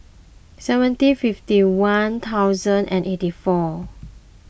seventy fifty one thousand and eighty four